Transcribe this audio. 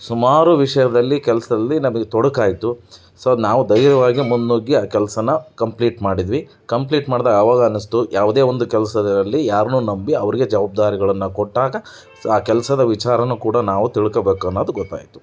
ಸುಮಾರು ವಿಷಯದಲ್ಲಿ ಕೆಲ್ಸದಲ್ಲಿ ನಮಗೆ ತೊಡಕಾಯಿತು ಸೊ ನಾವು ಧೈರ್ಯವಾಗೇ ಮುನ್ನುಗ್ಗಿ ಆ ಕೆಲಸನ ಕಂಪ್ಲೀಟ್ ಮಾಡಿದ್ವಿ ಕಂಪ್ಲೀಟ್ ಮಾಡ್ದಾಗ ಅವಾಗ ಅನ್ನಿಸ್ತು ಯಾವುದೇ ಒಂದು ಕೆಲಸದಲ್ಲಿ ಯಾರನ್ನೋ ನಂಬಿ ಅವರಿಗೆ ಜವಾಬ್ದಾರಿಗಳನ್ನು ಕೊಟ್ಟಾಗ ಆ ಕೆಲಸದ ವಿಚಾರನೂ ಕೂಡ ನಾವು ತಿಳ್ಕಬೇಕು ಅನ್ನೋದು ಗೊತ್ತಾಯಿತು